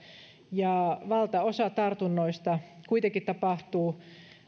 valtaosa tartunnoista kuitenkin tapahtuu